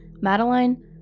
Madeline